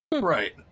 Right